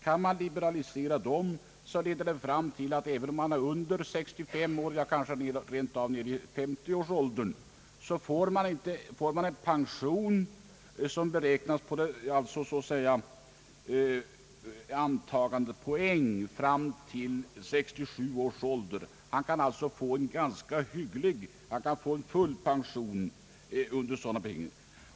Kan man liberalisera dessa bestämmelser får även den som är under 65 år, kanske rent av i 50-årsåldern, en pension som beräknas på så att säga antagandepoäng fram till 67 års ålder. Han kan alltså få full pension under sådana betingelser.